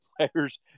players